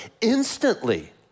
instantly